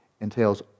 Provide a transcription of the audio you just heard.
entails